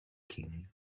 king